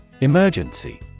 Emergency